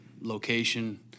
location